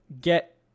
get